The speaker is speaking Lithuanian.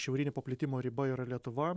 šiaurinė paplitimo riba yra lietuva